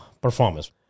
performance